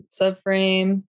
subframe